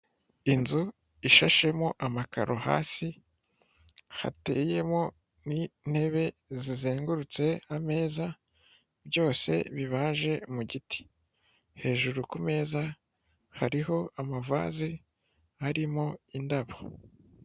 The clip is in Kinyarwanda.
Inzu ishashemo amakaro hasi hateyemo n'intebe zizengurutse ameza byose bibaje mu giti. Hejuru kumeza hariho amavazi harimo indabo.